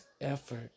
effort